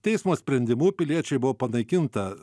teismo sprendimu piliečiui buvo panaikinta